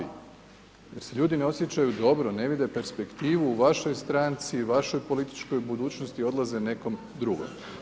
Jer se ljudi ne osjećaju dobro, ne vide perspektivu u vašoj stranci, vašoj političkoj budućnosti, odlaze nekome drugom.